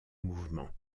mouvement